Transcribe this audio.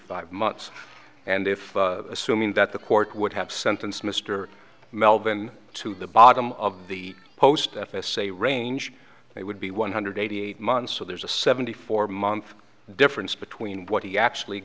five months and if assuming that the court would have sentenced mr melvin to the bottom of the post f s a range it would be one hundred eighty eight months so there's a seventy four month difference between what he actually